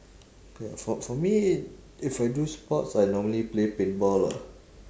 K for for me if I do sports I normally play paintball lah